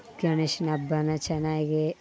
ಗಣೇಶನ ಹಬ್ಬ ಚೆನ್ನಾಗೇ